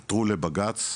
עתרו לבג"צ,